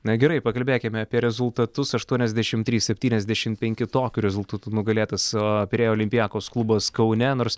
na gerai pakalbėkime apie rezultatus aštuoniasdešimt trys septyniasdešimt penki tokiu rezultatu nugalėtas o pirėjo olimpiakos klubas kaune nors